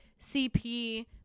CP